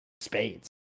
spades